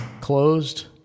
closed